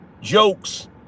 jokes